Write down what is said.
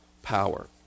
power